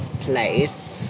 place